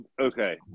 okay